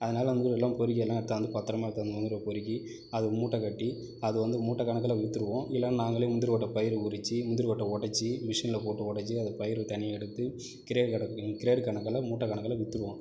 அதனால் எல்லாம் பொறுக்கி எல்லாம் எடுத்தாந்து பத்திரமா எடுத்தாந்து முந்திரிய பொறுக்கி அதை மூட்டை கட்டி அது வந்து மூட்டை கணக்கில் விற்றுடுவோம் இல்லை நாங்களே முந்திரி கொட்டை பயிர் உரித்து முந்திரி கொட்டை உடச்சி மிசினில் போட்டு உடச்சி அதை பயிர் தனியாக எடுத்து கிரேட் கணக்கு கிரேட் கணக்கில் மூட்டை கணக்கில் விற்றுடுவோம்